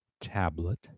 tablet